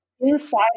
Inside